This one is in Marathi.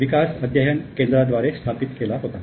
विकास अध्ययन केंद्रा द्वारे स्थापित केला होता